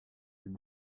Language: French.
ses